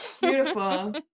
Beautiful